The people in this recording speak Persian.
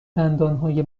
دندانهای